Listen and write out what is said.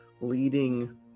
leading